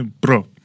Bro